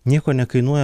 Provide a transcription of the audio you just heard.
nieko nekainuoja